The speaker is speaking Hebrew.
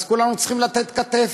אז כולנו צריכים לתת כתף.